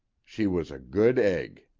she was a good egg.